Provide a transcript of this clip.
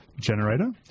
generator